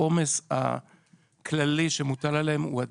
העומס הכללי שמוטל עליהן הוא אדיר.